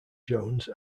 jones